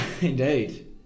Indeed